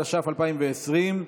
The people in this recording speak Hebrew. התש"ף 2020,